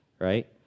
right